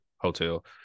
hotel